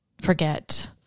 forget